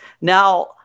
Now